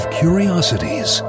curiosities